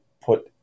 put